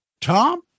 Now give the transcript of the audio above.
Tom